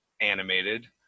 animated